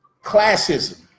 classism